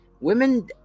Women